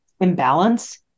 imbalance